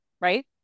right